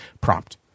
prompt